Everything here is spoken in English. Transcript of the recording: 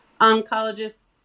oncologist